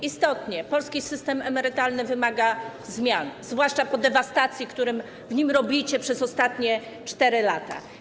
Istotnie, polski system emerytalny wymaga zmian, zwłaszcza po jego dewastacji, którą robicie przez ostatnie 4 lata.